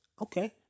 Okay